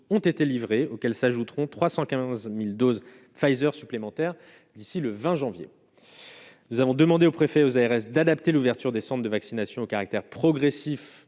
ont été livrées, auxquels s'ajouteront 315000 doses Pfizer supplémentaires d'ici le 20 janvier nous avons demandé aux préfets, aux ARS d'adapter l'ouverture des Centres de vaccination caractère progressif